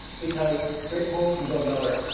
because, great quote from bill miller,